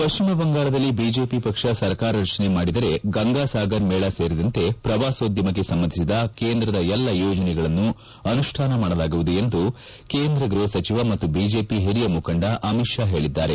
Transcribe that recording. ಪಶ್ಚಿಮ ಬಂಗಾಳದಲ್ಲಿ ಬಿಜೆಪಿ ಪಕ್ಷ ಸರ್ಕಾರ ರಜನೆ ಮಾಡಿದರೆ ಗಂಗಾಸಾಗರ್ ಮೇಳ ಸೇರಿದಂತೆ ಪ್ರವಾಸೋದ್ಯಮಕ್ಕೆ ಸಂಬಂಧಿಸಿದ ಕೇಂದ್ರದ ಎಲ್ಲ ಯೋಜನೆಗಳನ್ನು ಅನುಷ್ಠಾನ ಮಾಡಲಾಗುವುದು ಎಂದು ಕೇಂದ್ರ ಗೃಪ ಸಚಿವ ಮತ್ತು ಬಿಜೆಪಿ ಓರಿಯ ಮುಖಂಡ ಅಮಿತ್ ಷಾ ಹೇಳಿದ್ದಾರೆ